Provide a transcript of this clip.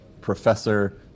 Professor